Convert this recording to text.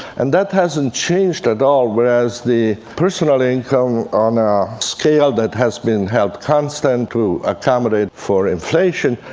and that hasn't changed at all. whereas the personal income, on a scale that has been held constant to accommodate for inflation,